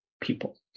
people